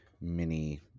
mini